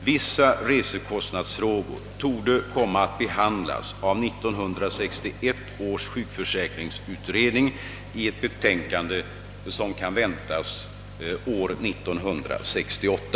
Vissa resekostnadsfrågor torde komma att behandlas av 1961 års sjukförsäkringsutredning i ett betänkande som kan väntas år 1968.